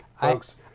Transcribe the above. Folks